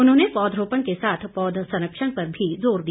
उन्होंने पौधरोपण के साथ पौध संरक्षण पर भी जोर दिया